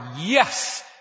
yes